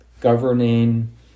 governing